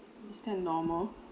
is that normal